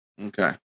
Okay